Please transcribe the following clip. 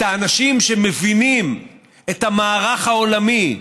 האנשים שמבינים את המערך העולמי,